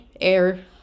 air